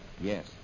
Yes